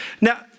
Now